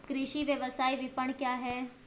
कृषि व्यवसाय विपणन क्या है?